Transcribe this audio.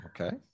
okay